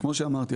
כמו שאמרתי,